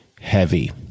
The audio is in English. heavy